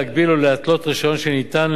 להגביל או להתלות רשיון שניתן,